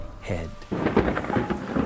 head